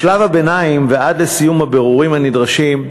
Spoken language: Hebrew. בשלב הביניים ועד לסיום הבירורים הנדרשים,